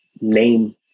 name